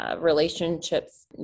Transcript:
relationships